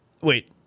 wait